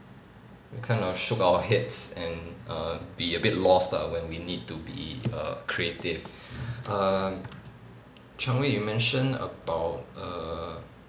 we kind of shook our heads and err be a bit lost ah when we need to be err creative err chong wei you mentioned about err